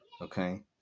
okay